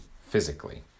physically